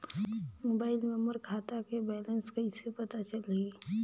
Mobile मे मोर खाता के बैलेंस कइसे पता चलही?